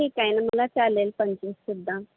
ठीक आहे नं मला चालेल पंचवीससुद्धा